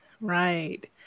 Right